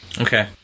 Okay